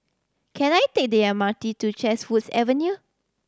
can I take the M R T to Chatsworth Avenue